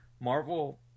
Marvel